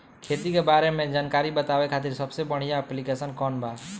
खेती के बारे में जानकारी बतावे खातिर सबसे बढ़िया ऐप्लिकेशन कौन बा?